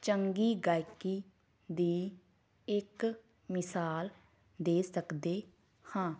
ਚੰਗੀ ਗਾਇਕੀ ਦੀ ਇੱਕ ਮਿਸਾਲ ਦੇ ਸਕਦੇ ਹਾਂ